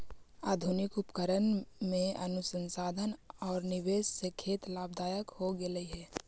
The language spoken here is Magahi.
आधुनिक उपकरण में अनुसंधान औउर निवेश से खेत लाभदायक हो गेलई हे